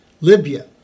Libya